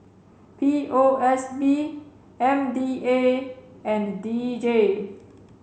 P O S B M D A and D J